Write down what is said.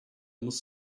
muss